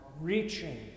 reaching